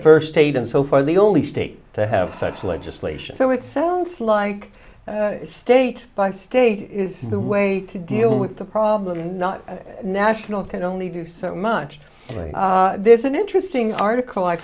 first state and so far the only state to have such legislation so it sounds like state by state is the way to deal with the problem not a national can only do so much there's an interesting article i